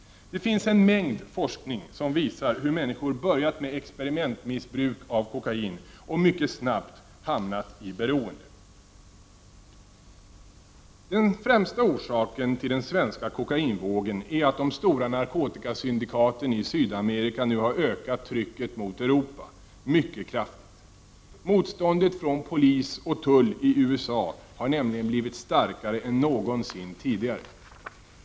Det finns en mängd forskning som visar hur människor börjat med experimentmissbruk av kokain och mycket snabbt hamnat i beroende. Den främsta orsaken till den svenska kokainvågen är att de stora narkotikasyndikaten i Sydamerika nu har ökat trycket mot Europa mycket kraftigt. Motståndet från polis och tull i USA har nämligen blivit starkare än någonsin tidigare.